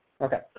Okay